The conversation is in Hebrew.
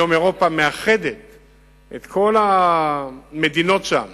היום אירופה מאחדת את כל המדינות שם